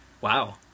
Wow